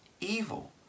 evil